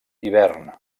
hivern